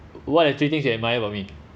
what are the three things you admire about me